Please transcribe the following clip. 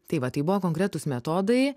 tai va tai buvo konkretūs metodai